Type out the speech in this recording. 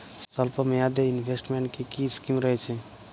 স্বল্পমেয়াদে এ ইনভেস্টমেন্ট কি কী স্কীম রয়েছে?